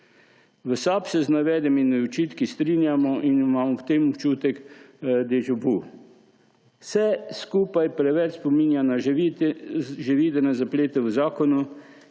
V SAB se z navedenimi očitki strinjamo in imamo ob tem občutek déjŕ vu. Vse skupaj preveč spominja na že videne zaplete v zakonu,